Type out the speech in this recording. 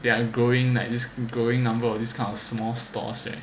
they are growing right there's this growing number of this kind of small stores here